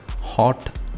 Hot